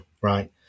right